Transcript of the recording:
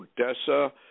Odessa